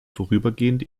vorübergehend